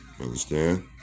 understand